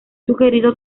sugerido